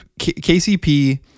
KCP